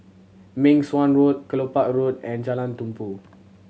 Meng Suan Road Kelopak Road and Jalan Tumpu